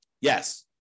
Yes